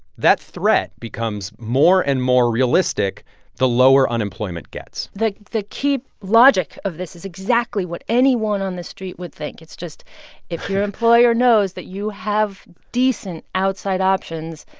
that threat becomes more and more realistic the lower unemployment gets the key logic of this is exactly what anyone on the street would think. it's just if your employer knows that you have decent outside options,